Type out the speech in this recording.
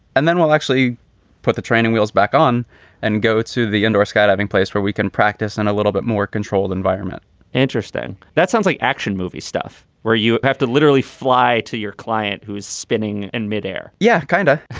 and then we'll actually put the training wheels back on and go to the indoor skydiving place where we can practice and a little bit more controlled environment interesting. that sounds like action movie stuff where you have to literally fly to your client who is spinning in midair yeah, kind of.